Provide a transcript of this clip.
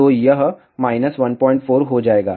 तो यह 14 हो जाएगा